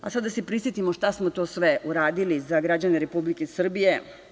Sada da se prisetimo šta smo to sve uradili za građane Republike Srbije.